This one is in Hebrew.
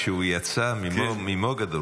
כשהוא יצא ממוגדור,